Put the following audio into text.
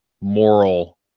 moral